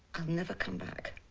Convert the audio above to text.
never come back.